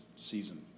season